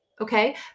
okay